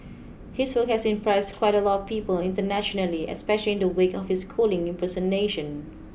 his work has impressed quite a lot of people internationally especially in the wake of his schooling impersonation